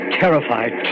terrified